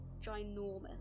ginormous